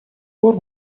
пор